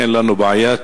אין לנו בעיה,